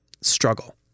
struggle